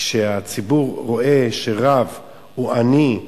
כשהציבור רואה שרב הוא עני,